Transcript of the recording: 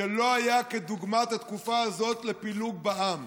ולא היה כדוגמת התקופה הזאת בפילוג בעם.